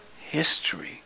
history